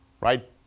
right